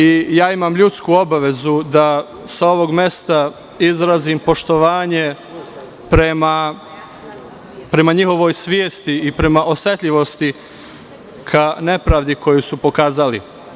Imam ljudsku obavezu da sa ovog mesta izrazim poštovanje prema njihovoj svesti i prema osetljivosti ka nepravdi koju su pokazali.